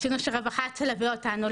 רצינו שהרווחה תלווה אותנו,